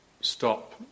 stop